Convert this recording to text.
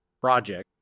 project